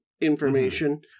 information